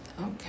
Okay